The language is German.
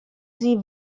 sie